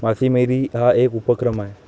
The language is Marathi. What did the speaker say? मासेमारी हा एक उपक्रम आहे